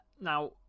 Now